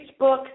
Facebook